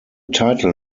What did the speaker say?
title